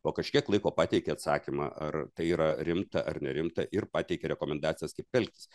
po kažkiek laiko pateikia atsakymą ar tai yra rimta ar nerimta ir pateikia rekomendacijas kaip elgtis